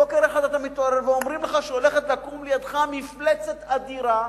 בוקר אחד אתה מתעורר ואומרים לך שהולכת לקום לידך מפלצת אדירה,